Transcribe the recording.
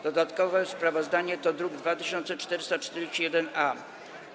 Dodatkowe sprawozdanie to druk nr 2441-A.